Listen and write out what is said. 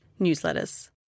newsletters